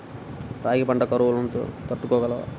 రాగి పంట కరువును తట్టుకోగలదా?